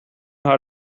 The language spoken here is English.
how